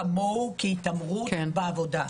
כמוהו כהתעמרות בעבודה.